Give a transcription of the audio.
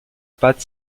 pâte